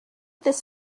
this